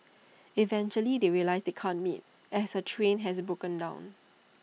eventually they realise they can't meet as her train has broken down